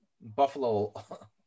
buffalo